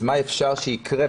אז מה אפשר שיקרה,